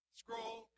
scroll